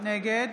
נגד